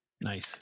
nice